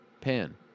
Pan